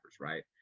right